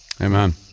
Amen